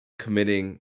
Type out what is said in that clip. committing